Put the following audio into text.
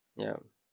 yup